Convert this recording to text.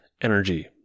energy